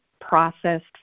processed